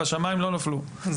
והשמיים לא נפלו,